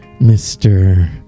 Mr